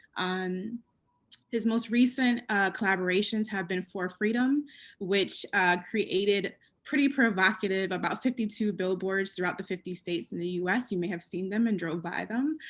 his most recent collaborations have been for freedom which created pre-provocative about fifty two billboards throughout the fifty states in the us, you may have seen them and drove by them.